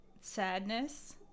sadness